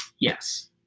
Yes